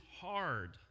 hard